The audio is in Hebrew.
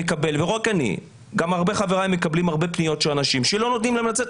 הרבה חבריי מקבלים הרבה פניות של אנשים שלא נותנים להם לצאת,